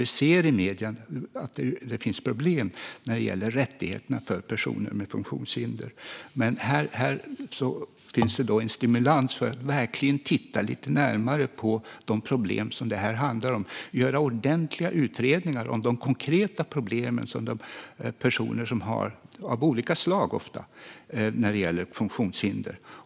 Vi ser i medierna att det finns problem när det gäller rättigheterna för personer med funktionshinder. Men här finns en stimulans för att verkligen titta lite närmare på de problem som det här handlar om och att göra ordentliga utredningar om de konkreta problem, ofta av olika slag, som finns när det gäller funktionshinder.